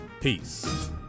peace